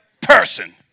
person